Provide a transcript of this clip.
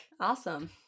Awesome